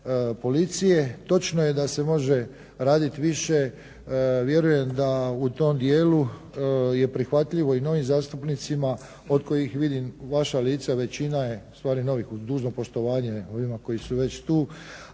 policije. Točno je da se može raditi više, vjerujem da u tom dijelu je prihvatljivo i novim zastupnicima od kojih vidim vaša lica većina je ustvari novih uz dužno poštovanje ovima koji su već tu,